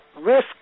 Risk